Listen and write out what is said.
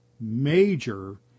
major